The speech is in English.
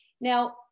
Now